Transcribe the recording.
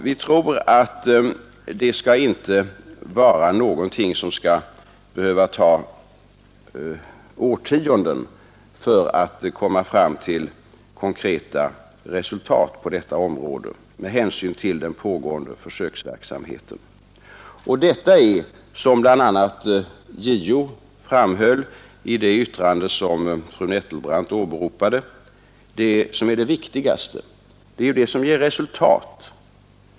Vi tror med hänsyn till pågående försöksverksamhet att det inte skall behöva ta årtionden att komma fram till konkreta resultat på detta område. Detta är — som bl.a. JO framhöll i det yttrande som fru Nettelbrandt åberopade — det viktigaste; det är det som ger resultat.